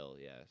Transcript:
yes